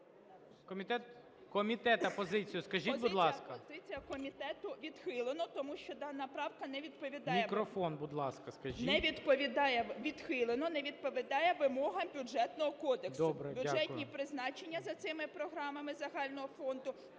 Комітету позицію скажіть, будь ласка.